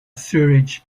sewage